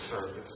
service